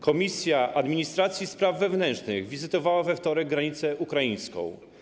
Komisja Administracji i Spraw Wewnętrznych wizytowała we wtorek granicę ukraińską.